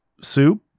soup